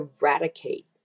eradicate